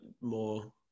more